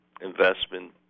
investment